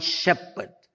shepherd